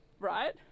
right